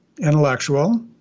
intellectual